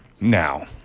now